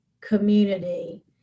community